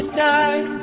die